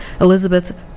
Elizabeth